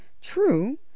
True